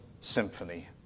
symphony